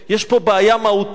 יש פה בעיה מהותית.